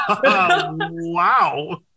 Wow